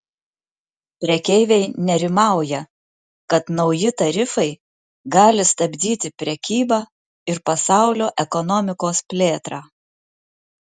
prekeiviai nerimauja kad nauji tarifai gali stabdyti prekybą ir pasaulio ekonomikos plėtrą